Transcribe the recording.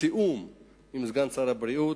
בתיאום עם סגן שר הבריאות,